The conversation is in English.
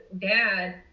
dad